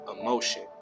emotion